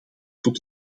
tot